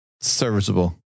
Serviceable